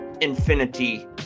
infinity